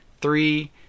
Three